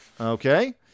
Okay